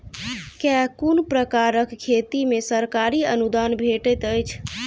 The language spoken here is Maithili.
केँ कुन प्रकारक खेती मे सरकारी अनुदान भेटैत अछि?